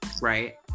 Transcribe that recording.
Right